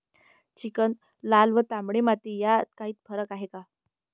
Chicken, लाल व तांबडी माती यात काही फरक आहे का?